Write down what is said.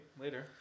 Later